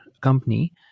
company